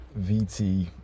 VT